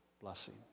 blessing